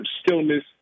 stillness